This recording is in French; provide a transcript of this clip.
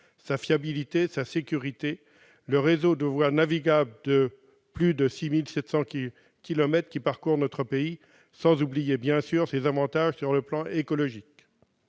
sa fiabilité, sa sécurité, le réseau de voies navigables de plus de 6 700 kilomètres qui parcourt notre pays, sans oublier, bien sûr, les avantages sur le plan écologique.